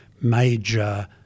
major